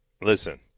listen